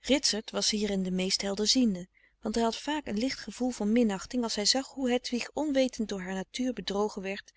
ritsert was hierin de meest helderziende want hij had vaak een licht gevoel van minachting als hij zag hoe hedwig onwetend door haar natuur bedrogen werd